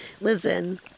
Listen